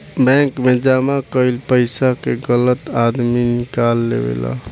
bank मे जमा कईल पइसा के गलत आदमी निकाल लेवेला